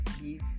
give